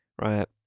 right